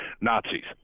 Nazis